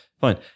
Fine